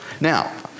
Now